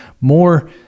more